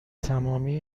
تمامی